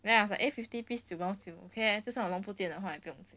then I was like fifty piece 九毛九 okay leh 就算我弄不见的话也不用紧